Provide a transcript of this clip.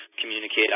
communicate